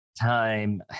time